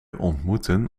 ontmoeten